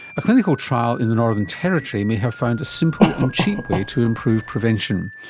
a clinical trial in the northern territory may have found a simple and cheap way to improve prevention.